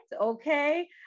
Okay